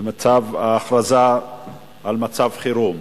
מההכרזה על מצב חירום.